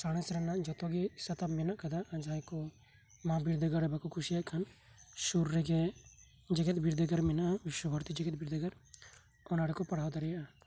ᱥᱟᱬᱮᱥ ᱨᱮᱱᱟᱜ ᱡᱷᱚᱛᱚ ᱜᱮ ᱥᱟᱛᱟᱢ ᱢᱮᱱᱟᱜ ᱟᱠᱟᱫᱟ ᱟᱨ ᱡᱟᱦᱟᱸᱭ ᱠᱚ ᱢᱟᱦᱟ ᱵᱤᱨᱫᱟᱹᱜᱟᱲ ᱨᱮ ᱵᱟᱠᱚ ᱠᱩᱥᱤᱭᱟᱜ ᱠᱷᱟᱱ ᱥᱳᱨ ᱨᱮᱜᱮ ᱡᱮᱜᱮᱫ ᱵᱤᱨᱫᱟᱹᱜᱟᱲ ᱢᱮᱱᱟᱜᱼᱟ ᱵᱤᱥᱥᱚᱼᱵᱷᱟᱨᱚᱛᱤ ᱡᱮᱜᱮᱫ ᱵᱤᱨᱫᱟᱹᱜᱟᱲ ᱚᱱᱟ ᱨᱮᱠᱚ ᱯᱟᱲᱦᱟᱣ ᱫᱟᱲᱮᱭᱟᱜᱼᱟ